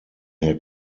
herr